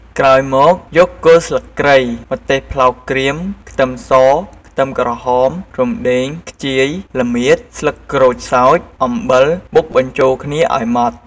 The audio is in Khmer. ក្រោយមកយកគល់ស្លឹកគ្រៃ ម្ទេសប្លោកក្រៀម ខ្ទឹមស ខ្ទឹមក្រហម រំដេង ខ្ជាយ ល្មៀត ស្លឹកក្រូចសើច អំបិលបុកបញ្ចូលគ្នាឲ្យម៉ដ្ឋ។